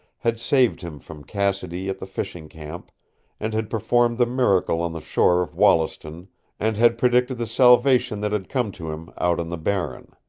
had saved him from cassidy at the fishing camp and had performed the miracle on the shore of wollaston and had predicted the salvation that had come to him out on the barren.